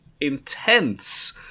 intense